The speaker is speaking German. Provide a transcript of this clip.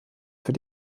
für